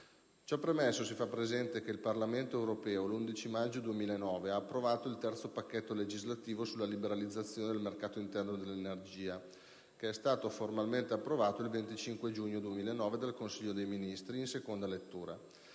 Ciò premesso, si fa presente che il Parlamento europeo l'11 maggio 2009 ha approvato il terzo pacchetto legislativo sulla liberalizzazione del Mercato interno dell'energia che è stato formalmente approvato il 25 giugno 2009 dal Consiglio dei ministri in seconda lettura.